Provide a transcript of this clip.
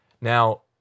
Now